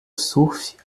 surf